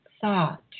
Thought